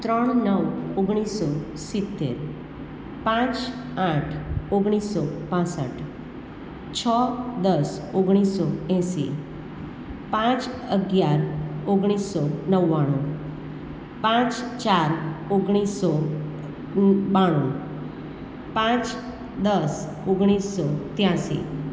ત્રણ નવ ઓગણીસસો સિત્તેર પાંચ આઠ ઓગણીસસો પાંસઠ છ દસ ઓગણીસસો એંશી પાંચ અગિયાર ઓગણીસસો નવ્વાણું પાંચ ચાર ઓગણીસસો બાણું પાંચ દસ ઓગણીસસો ત્યાંશી